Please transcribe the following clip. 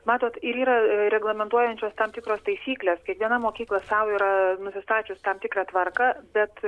matot ir yra reglamentuojančios tam tikros taisyklės kiekviena mokykla sau yra nusistačius tam tikrą tvarką bet